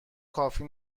کافی